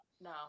No